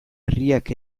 herriak